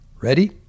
Ready